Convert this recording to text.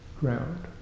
ground